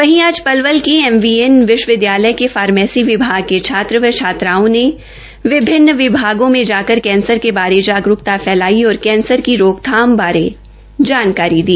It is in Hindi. वहीं आज पलवल के एम वी एन विश्वविद्यालय के फार्मेसी विभाग के छात्र व छात्राओं ने विभिन्न विभागों में जाकर कैंसर के बारे जागरूकता फैलाइ और कैंसर की रोकथाम व उपायों के बारे में भी जानकारी दी